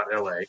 .la